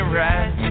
right